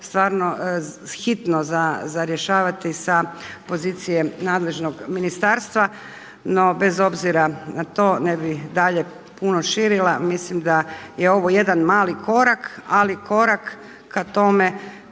stvarno hitno za rješavati sa pozicije nadležnost ministarstva. No bez obzira na to ne bih dalje puno širila, mislim da je ovo jedan mali korak, ali korak ka tome